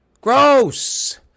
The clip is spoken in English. Gross